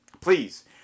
Please